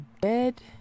dead